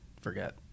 forget